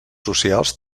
socials